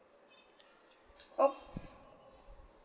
oh